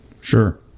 Sure